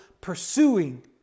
pursuing